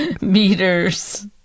meters